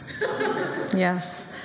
Yes